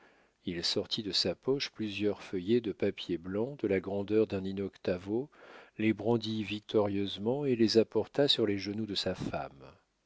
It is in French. il sortit de sa poche plusieurs feuillets de papier blanc de la grandeur d'un in-octavo les brandit victorieusement et les apporta sur les genoux de sa femme